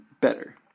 better